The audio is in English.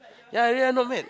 yeah yeah no meet